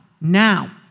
now